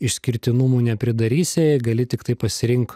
išskirtinumų nepridarysi gali tiktai pasirink